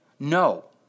No